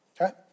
okay